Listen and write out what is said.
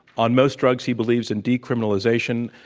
on most drugs he believes in decriminalization,